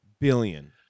billion